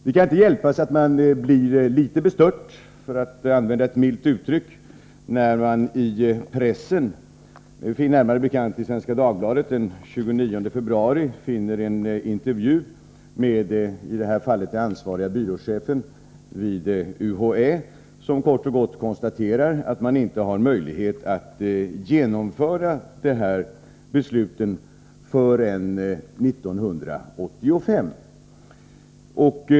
Det kan inte hjälpas att man, milt uttryckt, blir litet bestört när man i pressen, närmare bestämt i Svenska Dagbladet, den 29 februari läser att den i det här fallet ansvariga byråchefen vid UHÄ i en intervju kort och gott konstaterar att UHÄ inte har möjlighet att genomföra de beslutade förändringarna förrän 1985.